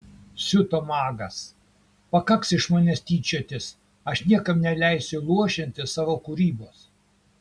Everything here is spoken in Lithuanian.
siuto magas pakaks iš manęs tyčiotis aš niekam neleisiu luošinti savo kūrybos